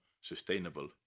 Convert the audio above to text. sustainable